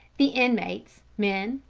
the inmates, men,